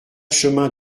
chemin